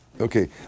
Okay